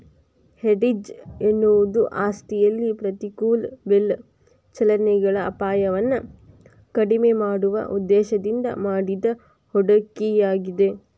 hedge ಎನ್ನುವುದು ಆಸ್ತಿಯಲ್ಲಿ ಪ್ರತಿಕೂಲ ಬೆಲೆ ಚಲನೆಗಳ ಅಪಾಯವನ್ನು ಕಡಿಮೆ ಮಾಡುವ ಉದ್ದೇಶದಿಂದ ಮಾಡಿದ ಹೂಡಿಕೆಯಾಗಿದೆ